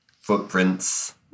footprints